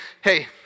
hey